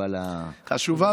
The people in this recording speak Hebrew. חשובה מאוד.